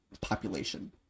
population